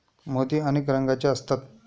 मोती अनेक रंगांचे असतात